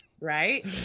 Right